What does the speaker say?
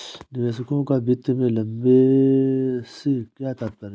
निवेशकों का वित्त में लंबे से क्या तात्पर्य है?